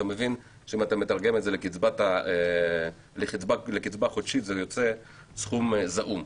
אתה מבין שאם אתה מתרגם את זה לקצבה חודשים זה יוצא סכום זעום.